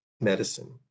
medicine